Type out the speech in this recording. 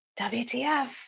WTF